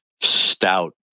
stout